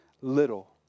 little